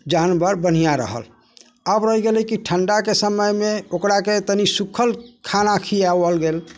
जानवर बढ़िआँ रहल आब रहि गेलै कि ठण्डाके समयमे ओकराके तनि सुखल खाना खियाओल गेल